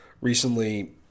recently